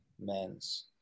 Men's